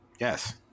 Yes